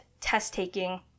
test-taking